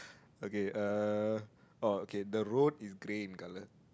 okay uh oh okay the road is grey in colour